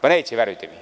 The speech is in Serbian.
Pa, neće, verujte mi.